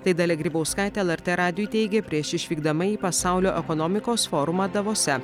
tai dalia grybauskaitė lrt radijui teigė prieš išvykdama į pasaulio ekonomikos forumą davose